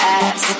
ass